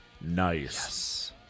nice